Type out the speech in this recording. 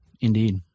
indeed